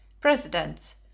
Presidents